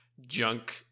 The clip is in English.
junk